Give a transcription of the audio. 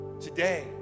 Today